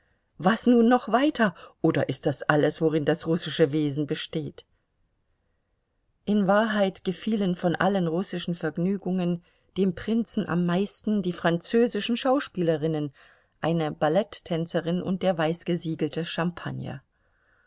was nun noch weiter oder ist das alles worin das russische wesen besteht in wahrheit gefielen von allen russischen vergnügungen dem prinzen am meisten die französischen schauspielerinnen eine ballettänzerin und der weißgesiegelte champagner